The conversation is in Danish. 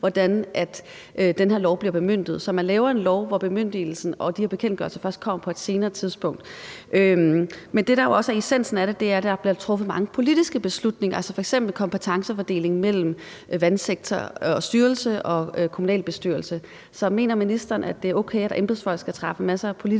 hvordan den her lov bliver bemyndiget. Så man laver en lov, hvor bemyndigelsen og de her bekendtgørelser først kommer på et tidligere tidspunkt. Men det, der jo også er essensen af det, er, at der bliver truffet mange politiske beslutninger, f.eks. kompetencefordelingen mellem vandsektoren og styrelsen og kommunalbestyrelsen. Så mener ministeren, at det er okay, at embedsfolk skal træffe masser af politiske beslutninger?